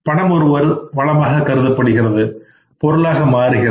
பணம் ஒரு வளமாக கருதலாம் பொருளாக மாறுகிறது